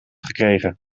gekregen